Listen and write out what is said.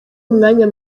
umwanya